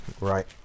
right